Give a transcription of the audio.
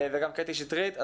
וגם קטי שטרית.